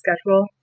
schedule